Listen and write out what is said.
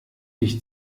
dich